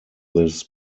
this